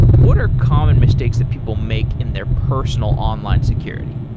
what are common mistakes that people make in their personal online security?